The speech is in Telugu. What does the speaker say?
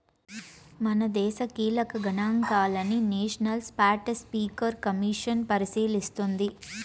మనదేశ కీలక గనాంకాలని నేషనల్ స్పాటస్పీకర్ కమిసన్ పరిశీలిస్తోంది